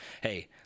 hey